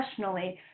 professionally